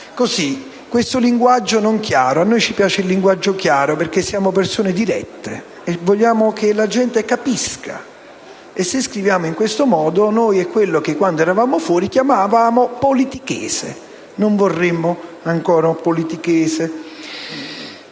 usare un linguaggio non chiaro. A noi piace il linguaggio chiaro perché siamo persone dirette e vogliamo che la gente capisca; invece, se scriviamo in questo modo, usiamo quello che quando eravamo fuori chiamavamo politichese. Non vorremmo ancora del politichese.